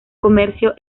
comercio